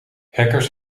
hackers